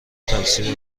تاکسی